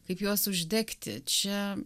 kaip juos uždegti čia